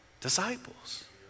disciples